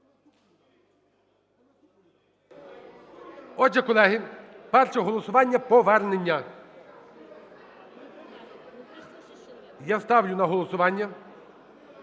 Отже, колеги, перше голосування повернення. Я ставлю на голосування